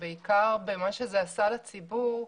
ובעיקר במה שזה עשה לציבור.